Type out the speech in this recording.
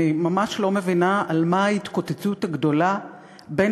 אני ממש לא מבינה על מה ההתקוטטות הגדולה בין